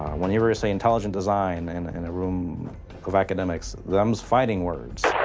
whenever you say intelligent design and in a room of academics, them's fighting words.